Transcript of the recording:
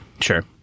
Sure